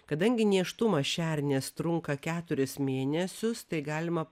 kadangi nėštumas šernės trunka keturis mėnesius tai galima